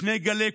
שני גלי קורונה,